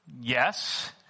Yes